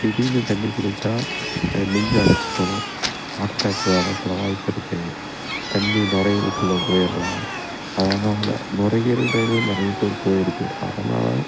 திடீர்ன்னு தண்ணி குடிச்சால் நெஞ்சு அடைச்சிக்கும் ஹார்ட் அட்டாக் வரதுக்கு எல்லாம் வாய்ப்பு இருக்கு தண்ணி நுரையீரல் குள்ளே போயிரலாம் அதனால் நுரையீரலில் நிறைய பேருக்கு போய்ருக்கு அதனால்